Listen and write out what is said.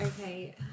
Okay